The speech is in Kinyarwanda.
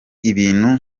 ibintu